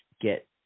get